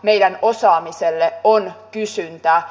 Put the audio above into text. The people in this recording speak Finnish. meidän osaamisellemme on kysyntää